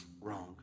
wrong